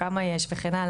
כמה יש וכן הלאה.